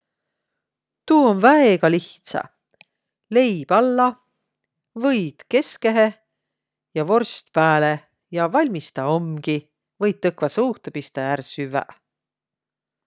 Tuu om väega lihtsä: leib alla, võid keskehe ja vorst pääle. Ja valmis taa omgi. Võit õkva suuhtõ pistäq ja ärq süvväq.